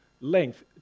length